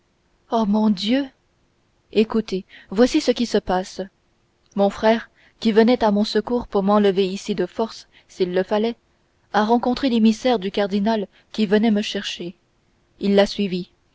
oh mon dieu écoutez voici ce qui se passe mon frère qui venait à mon secours pour m'enlever ici de force s'il le fallait a rencontré l'émissaire du cardinal qui venait me chercher il l'a suivi